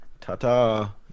Ta-ta